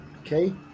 Okay